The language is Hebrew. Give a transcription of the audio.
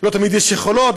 לא תמיד יש יכולות.